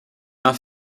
main